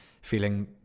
feeling